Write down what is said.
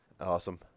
awesome